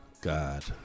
God